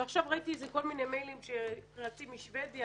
ועכשיו ראיתי כל מיני מיילים שרצים משבדיה